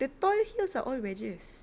the tall heels are all wedges